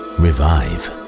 revive